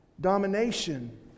domination